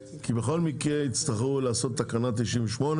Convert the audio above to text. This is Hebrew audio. התיקון ולא שאנחנו צריכים לברר את זה בדיון עצמו.